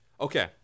Okay